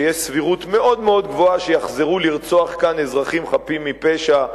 שיש סבירות מאוד מאוד גבוהה שיחזרו לרצוח כאן אזרחים חפים מפשע,